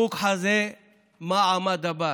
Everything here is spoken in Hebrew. פוק חזי מאי עמא דבר.